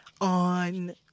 on